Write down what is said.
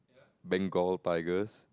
Bengal tigers